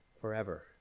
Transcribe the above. forever